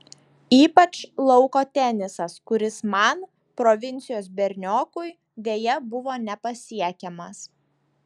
ypač lauko tenisas kuris man provincijos berniokui deja buvo nepasiekiamas